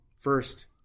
first